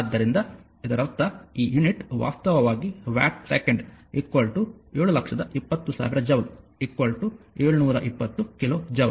ಆದ್ದರಿಂದ ಇದರರ್ಥ ಈ ಯೂನಿಟ್ ವಾಸ್ತವವಾಗಿ watt second 720000 joule 720 kilo joule